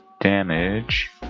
damage